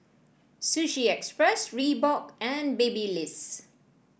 Sushi Express Reebok and Babyliss